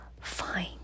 Fine